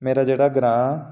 मेरा जेह्ड़ा ग्रांऽ